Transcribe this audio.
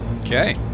Okay